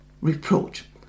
reproach